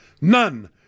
None